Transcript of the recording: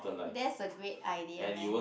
that's a great idea man